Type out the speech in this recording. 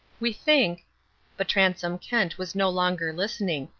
we think but transome kent was no longer listening.